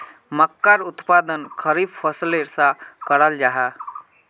मक्कार उत्पादन खरीफ फसलेर सा कराल जाहा